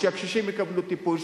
שהקשישים יקבלו טיפול,